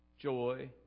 joy